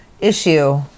issue